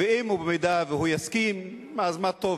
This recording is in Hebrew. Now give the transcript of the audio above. ואם הוא יסכים, אז מה טוב.